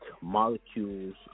molecules